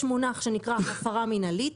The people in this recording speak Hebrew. יש מונח שנקרא הפרה מנהלית.